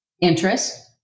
interest